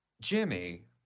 Jimmy